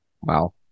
wow